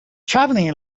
traveling